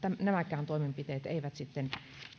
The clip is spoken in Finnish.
nämäkään toimenpiteet eivät sitten